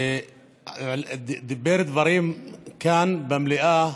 ודיבר דברים כאן במליאה